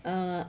哦